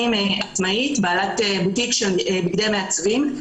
עצמאית, בעלת בוטיק של בגדי מעצבים.